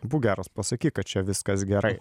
būk geras pasakyk kad čia viskas gerai